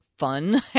fun